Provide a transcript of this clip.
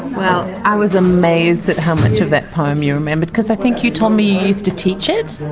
well, i was amazed at how much of that poem you remembered, because i think you told me you used to teach it.